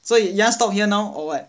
so you wou want stop here now or what